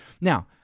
Now